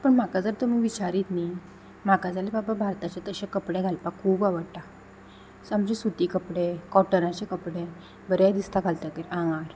पण म्हाका जर तुमी विचारीत न्ही म्हाका जाल्या बाबा भारताचे तशे कपडे घालपाक खूब आवडटा सो आमचे सुती कपडे कॉटनाचे कपडे बरे दिसता घालतकीर आंगार